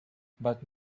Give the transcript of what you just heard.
but